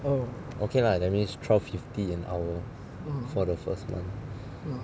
okay lah that means twelve fifty an hour for the first month